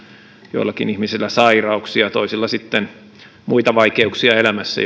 joillakin ihmisillä sairauksia toisilla sitten muita vaikeuksia elämässä